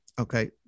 Okay